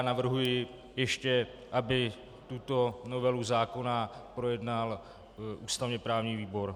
Navrhuji ještě, aby tuto novelu zákona projednal ústavněprávní výbor.